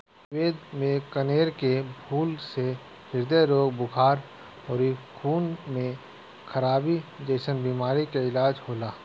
आयुर्वेद में कनेर के फूल से ह्रदय रोग, बुखार अउरी खून में खराबी जइसन बीमारी के इलाज होला